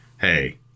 hey